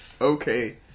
Okay